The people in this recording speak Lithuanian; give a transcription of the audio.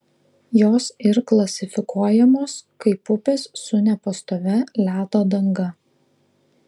jos ir klasifikuojamos kaip upės su nepastovia ledo danga